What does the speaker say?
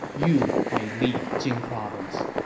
you may lead jing province.